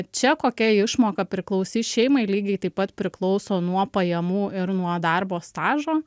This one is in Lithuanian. čia kokia išmoka priklausys šeimai lygiai taip pat priklauso nuo pajamų ir nuo darbo stažo